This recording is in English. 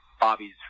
Bobby's